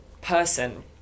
person